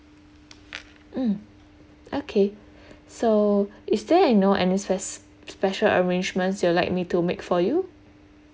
mm okay so is there you know any speci~ special arrangements you'd like me to make for you